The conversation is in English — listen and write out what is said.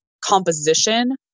composition